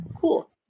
Cool